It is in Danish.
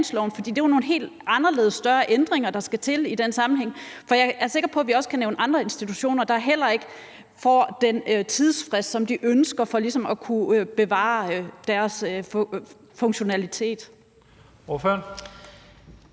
det er jo nogle helt anderledes og større ændringer, der skal til i den sammenhæng. Jeg er sikker på, at vi også kan nævne andre institutioner, der heller ikke får den tidsfrist, som de ønsker for ligesom at kunne bevare deres funktionalitet.